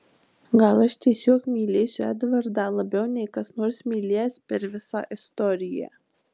gal aš tiesiog mylėsiu edvardą labiau nei kas nors mylėjęs per visą istoriją